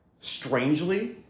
strangely